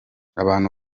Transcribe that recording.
abantu